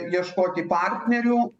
ieškoti partnerių